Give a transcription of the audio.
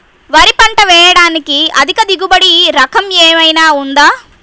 వరి పంట వేయటానికి అధిక దిగుబడి రకం ఏమయినా ఉందా?